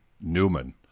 Newman